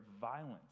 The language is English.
violence